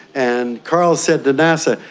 and carl said to nasa,